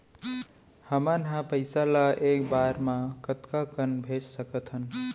हमन ह पइसा ला एक बार मा कतका कन भेज सकथन?